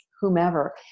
whomever